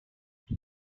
qui